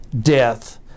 death